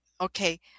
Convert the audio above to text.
Okay